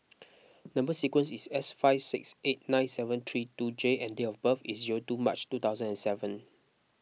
Number Sequence is S five six eight nine seven three two J and date of birth is zero two March two thousand and seven